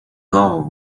law